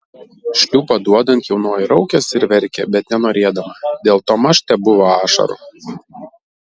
šliūbą duodant jaunoji raukėsi ir verkė bet nenorėdama dėl to maž tebuvo ašarų